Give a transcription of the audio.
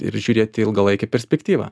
ir žiūrėti ilgalaikę perspektyvą